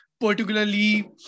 particularly